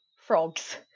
frogs